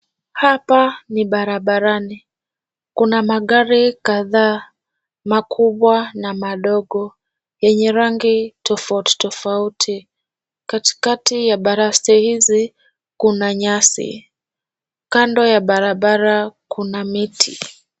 Hapa ni barabarani. Kuna magari kadhaa, makubwa na madogo, yenye rangi tofauti tofauti. Katikati ya baraste hizi kuna nyasi. Kando ya barabara kuna miti.